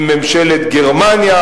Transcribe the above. עם ממשלת גרמניה,